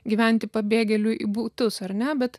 gyventi pabėgėlių į būtus ar ne bet